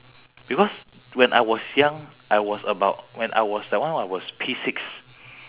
because when I was young I was about when I was that one I was P six